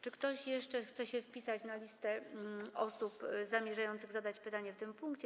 Czy ktoś jeszcze chce się wpisać na listę osób zamierzających zadać pytanie w tym punkcie?